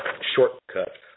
shortcut